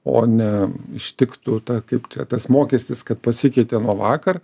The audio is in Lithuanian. o ne ištiktų ta kaip čia tas mokestis kad pasikeitė nuo vakar